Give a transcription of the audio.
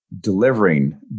delivering